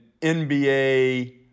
NBA